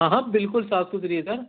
ہاں ہاں بالکل صاف ستھری ہے سر